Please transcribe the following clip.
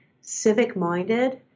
civic-minded